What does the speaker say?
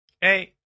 Hey